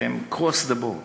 הם across the board.